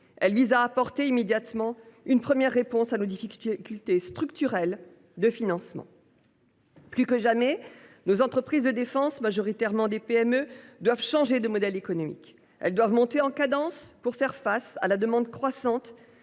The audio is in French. loi vise à apporter, immédiatement, une première réponse à nos difficultés structurelles de financement. Plus que jamais, nos entreprises de défense, majoritairement des PME, doivent changer de modèle économique. Elles doivent monter en cadence pour faire face à la demande croissante,